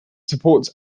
supports